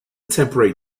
temporary